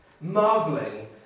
marveling